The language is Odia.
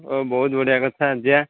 ଓ ବହୁତ ବଢ଼ିଆ କଥା ଯିବା